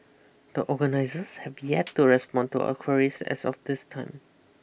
the organisers have be yet to respond to our queries as of this time